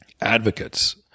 Advocates